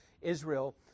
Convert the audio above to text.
Israel